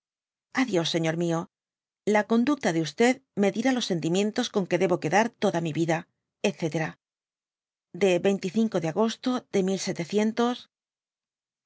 adios señor mío la conducta de i me dirá ios bentimientos con que debo quedar toda mi vida etc de de agosto de